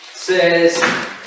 Says